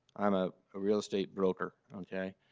i'm a ah real estate broker, okay,